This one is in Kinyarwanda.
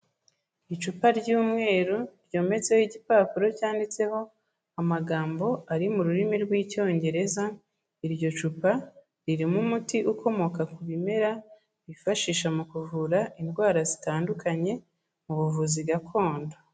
Icupa ry'umweru ryometseho igipapuro cyanditseho amagambo ari mu rurimi rw'Icyongereza, iryo cupa ririmo umuti ukomoka ku bimera bifashisha mu kuvura indwara zitandukanye mu buvuzi gakondo.